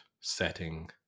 setting